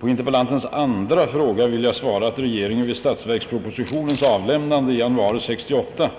På interpellantens andra fråga vill jag svara, att regeringen vid statsverkspropositionens avlämnande i januari 1968